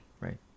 right